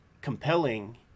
compelling